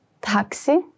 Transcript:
Taxi